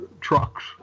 trucks